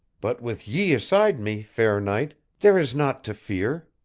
but with ye aside me, fair knight, there is naught to fear.